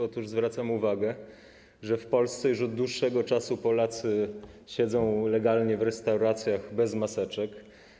Otóż zwracam uwagę, że w Polsce już od dłuższego czasu Polacy siedzą legalnie w restauracjach bez maseczek.